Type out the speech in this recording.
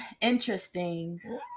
interesting